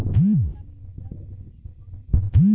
सस्ता में उपलब्ध मशीन कौन होखे?